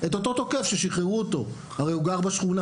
את אותו תוקף ששחררו אותו, הרי הוא גר בשכונה.